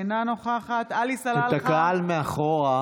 אינה נוכחת הקהל מאחור,